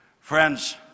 friends